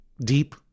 deep